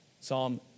Psalm